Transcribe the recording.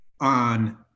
on